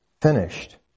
finished